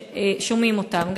ששומעים אותם,